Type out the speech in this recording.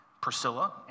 Priscilla